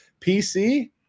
PC